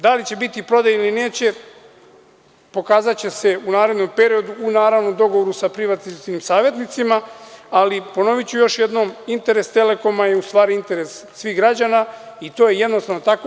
Da li će biti prodaje ili neće, pokazaćete se u narednom periodu, naravno u dogovoru sa privatizacionim savetnicima, ali ponoviću još jednom, interes Telekoma je u stvari interes svih građana i to je jednostavno tako.